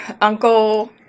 uncle